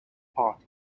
party